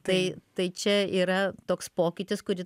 tai tai čia yra toks pokytis kurį